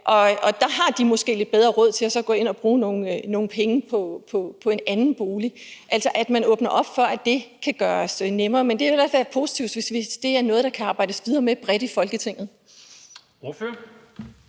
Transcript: og derfor måske har lidt bedre råd til så at gå ind at bruge nogle penge på en anden bolig, altså at man måske skal åbne op for, at det kan gøres nemmere. Men det er i hvert fald positivt, hvis det er noget, der kan arbejdes videre med bredt i Folketinget. Kl.